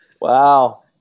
Wow